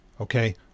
Okay